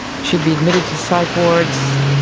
she'd be admitted to psych wards.